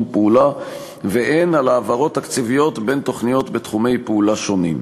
פעולה והן על העברות תקציביות בין תוכניות בתחומי פעולה שונים.